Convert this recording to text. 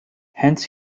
hence